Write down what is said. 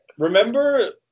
Remember